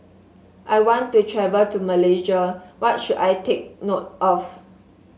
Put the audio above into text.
I want to travel to Malaysia What should I take note of